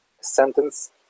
sentence